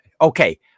okay